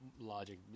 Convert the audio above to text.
logic